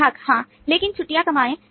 ग्राहक हाँ लेकिन छुट्टी कमाएँ